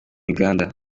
uganda